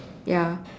ya